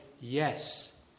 yes